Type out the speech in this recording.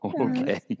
okay